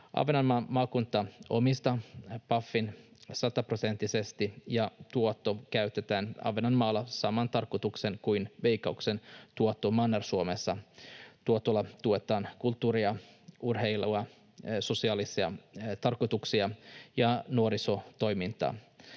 Ahvenanmaan maakunta omistaa Pafin sataprosenttisesti, ja tuotto käytetään Ahvenanmaalla samaan tarkoitukseen kuin Veikkauksen tuotto Manner-Suomessa: tuotolla tuetaan kulttuuria, urheilua, sosiaalisia tarkoituksia ja nuorisotoimintaa.